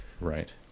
right